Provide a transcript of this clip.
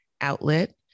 outlet